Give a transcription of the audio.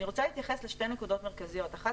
אני רוצה להתייחס לשתי נקודות מרכזיות האחת,